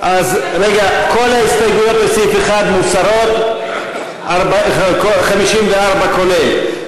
כל ההסתייגויות לסעיף 1 מוסרות עד 54, כולל.